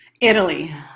Italy